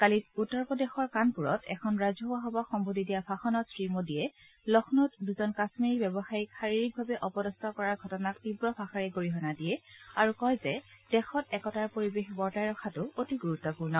কালি উত্তৰ প্ৰদেশৰ কানপূৰত এখন ৰাজহুৱা সভাক সম্নোধি দিয়া ভাষণত শ্ৰীমোডীয়ে লক্ষ্ণৌত দুজন কাশ্মীৰী ব্যৱসায়ীক শাৰীৰিকভাৱে অপদস্থ কৰাৰ ঘটনাক তীৱ ভাষাৰে গৰিহণা দিয়ে আৰু কয় যে দেশত একতাৰ পৰিৱেশ বৰ্তাই ৰখাটো অতি গুৰুত্পূৰ্ণ